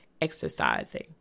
exercising